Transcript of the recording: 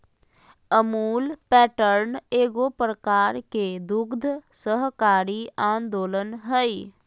Amul pattern एगो प्रकार के दुग्ध सहकारी आन्दोलन हइ